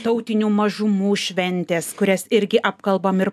tautinių mažumų šventės kurias irgi apkalbam ir